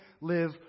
live